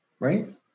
right